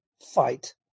fight